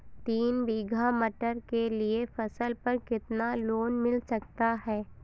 तीन बीघा मटर के लिए फसल पर कितना लोन मिल सकता है?